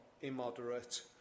immoderate